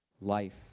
life